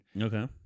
okay